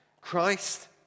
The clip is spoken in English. Christ